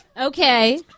Okay